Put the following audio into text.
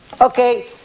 Okay